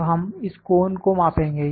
अब हम इस कोन को मापेंगे